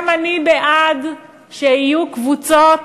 גם אני בעד שיהיו קבוצות